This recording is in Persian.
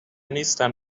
نیستن